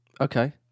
Okay